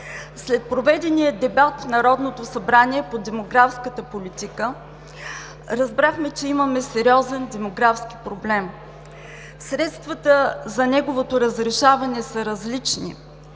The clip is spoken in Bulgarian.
След проведения дебат в Народното събрание по демографската политика, разбрахме, че имаме сериозен демографски проблем. Средствата за неговото разрешаване са различни,